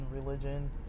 religion